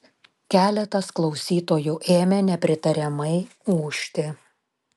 keletas klausytojų ėmė nepritariamai ūžti